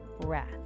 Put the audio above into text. breath